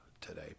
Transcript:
today